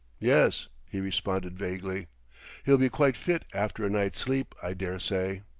yes, he responded vaguely he'll be quite fit after a night's sleep, i dare say.